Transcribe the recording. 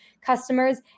customers